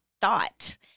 thought